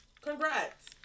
Congrats